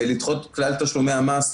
ולדחות את כלל תשלומי המס,